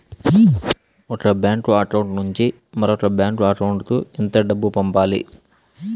ఒక bank account నుంచి మరొక బ్యాంకు అకౌంట్ కు ఎంత డబ్బు ఎలా పంపాలి